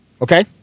Okay